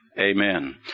Amen